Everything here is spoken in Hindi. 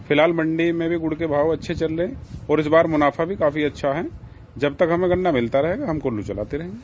फिलहाल मंडी में भी गुड के भाव अच्छे चल रहे हैं और इस बार मुनाफा भी काफी अच्छा है जब तक हमें गन्ना मिलता रहेगा हम कोल्हू चलाते रहेंगे